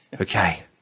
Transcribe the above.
Okay